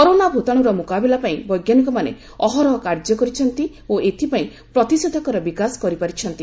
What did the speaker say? corona ଭୂତାଶୁର ମୁକାବିଲା ପାଇଁ ବୈଜ୍ଞାନିକମାନେ ଅହରହ କାର୍ଯ୍ୟ କରିଛନ୍ତି ଓ ଏଥିପାଇଁ ପ୍ରତିଷେଧକର ବିକାଶ କରିପାରିଛନ୍ତି